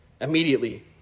immediately